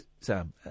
Sam